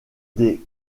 des